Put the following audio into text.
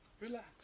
relax